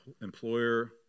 employer